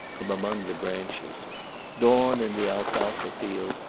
from among the branches dawn in the alfalfa field,